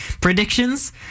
predictions